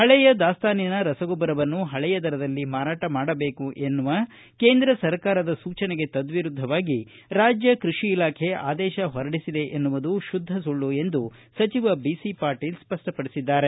ಪಳೆಯ ದಾಸ್ತಾನಿನ ರಸಗೊಬ್ಬರವನ್ನು ಪಳೆಯ ದರದಲ್ಲಿ ಮಾರಾಟ ಮಾಡಬೇಕೆಂಬ ಕೇಂದ್ರ ಸರ್ಕಾರದ ಸೂಚನೆಗೆ ತದ್ದಿರುದ್ದವಾಗಿ ರಾಜ್ಯ ಕೃಷಿ ಇಲಾಖೆ ಆದೇಶ ಹೊರಡಿಸಿದೆ ಎನ್ನುವುದು ಶುದ್ದ ಸುಳ್ಳು ಎಂದು ಅವರು ಸ್ಪಷ್ಟಪಡಿಸಿದ್ದಾರೆ